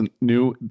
new